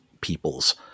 peoples